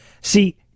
See